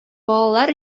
балалар